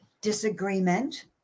disagreement